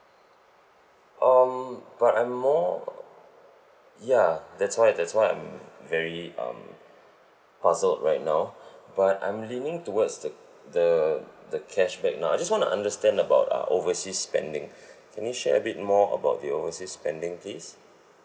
um but I'm more ya that's why that's why I'm very um puzzled right now but I'm leaning towards the the the cashback now I just want to understand about ah overseas spending can you share a bit more about the overseas spending please